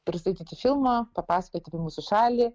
pristatyti filmą papasakot apie mūsų šalį